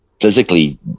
physically